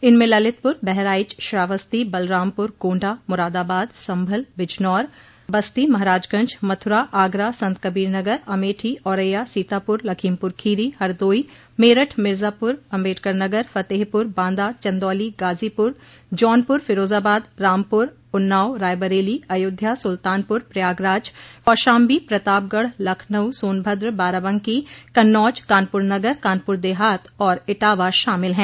इनमें ललितपुर बहराइच श्रावस्ती बलरामपुर गोण्डा मुरादाबाद संभल बिजनौर बस्ती महराजगंज मथुरा आगरा संतकबीर नगर अमेठी औरैया सीतापुर लखीमपुर खीरी हरदोई मेरठ मिर्जापुर अम्बेडकर नगर फतेहपुर बांदा चन्दौली गाजीपुर जौनपुर फिरोजाबाद रामपुर उन्नाव रायबरेली अयोध्या सुल्तानपुर प्रयागराज कौशाम्बी प्रतापगढ़ लखनऊ सोनभद्र बाराबंकी कन्नौज कानपुर नगर कानपुर देहात और इटावा शामिल है